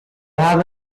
have